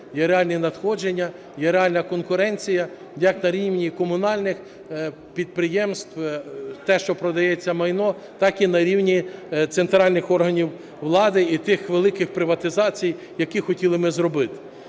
є реальні надходження, є реальна конкуренція як на рівні комунальних підприємств, те, що продається майно, так і на рівні центральних органів влади і тих великих приватизацій, які хотіли ми зробити.